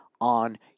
on